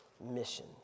mission